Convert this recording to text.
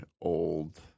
old